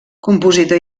compositor